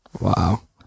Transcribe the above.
Wow